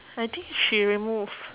I think she remove